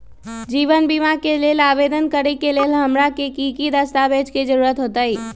जीवन बीमा के लेल आवेदन करे लेल हमरा की की दस्तावेज के जरूरत होतई?